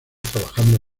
trabajando